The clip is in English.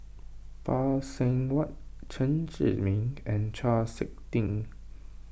Phay Seng Whatt Chen Zhiming and Chau Sik Ting